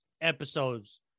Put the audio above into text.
episodes